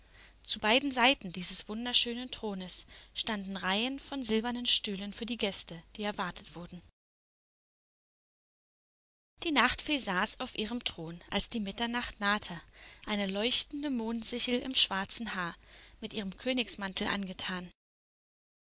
zu beiden seiten dieses wunderschönen thrones standen reihen von silbernen stühlen für die gäste die erwartet wurden die nachtfee saß auf ihrem thron als die mitternacht nahte eine leuchtende mondsichel im schwarzen haar mit ihrem königsmantel angetan